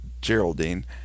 Geraldine